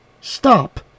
stop